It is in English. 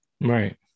Right